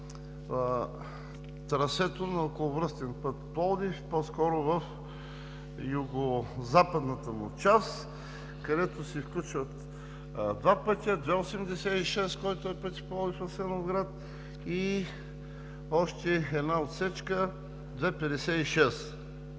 трасето на околовръстен път – Пловдив, по-скоро в югозападната му част, където се включват два пътя – II-86, който е пътят Пловдив – Асеновград, и още една отсечка II-56.